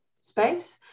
space